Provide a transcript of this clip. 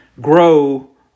grow